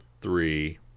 three